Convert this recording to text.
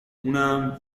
اونم